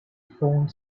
fond